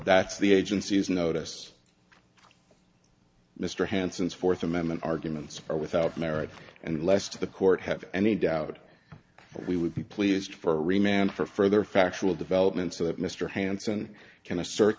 that's the agency's notice mr hansen's fourth amendment arguments are without merit and lest the court have any doubt we would be pleased for remand for further factual developments so that mr hanson can assert